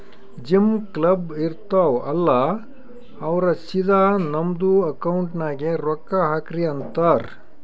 gym, club, ಇರ್ತಾವ್ ಅಲ್ಲಾ ಅವ್ರ ಸಿದಾ ನಮ್ದು ಅಕೌಂಟ್ ನಾಗೆ ರೊಕ್ಕಾ ಹಾಕ್ರಿ ಅಂತಾರ್